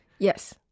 Yes